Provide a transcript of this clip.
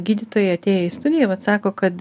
gydytojai atėję į studiją vat sako kad